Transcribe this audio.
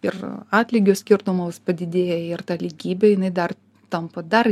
ir atlygio skirtumos padidėja ir ta lygybė jinai dar tampa dar